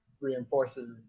reinforces